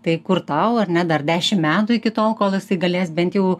tai kur tau ar ne dar dešim metų iki tol kol jisai galės bent jau